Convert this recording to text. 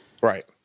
right